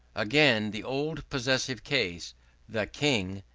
again, the old possessive case the king,